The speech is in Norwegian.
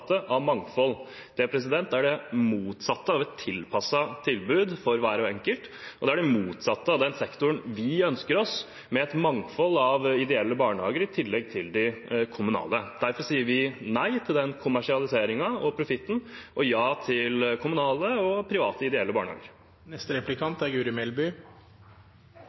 av et tilpasset tilbud for hver enkelt, og det er det motsatte av den sektoren vi ønsker oss, med et mangfold av ideelle barnehager i tillegg til de kommunale. Derfor sier vi nei til den kommersialiseringen og profitten og ja til kommunale og private ideelle